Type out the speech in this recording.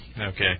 okay